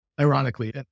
ironically